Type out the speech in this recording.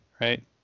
right